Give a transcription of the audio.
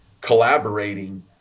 collaborating